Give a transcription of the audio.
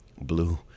Blue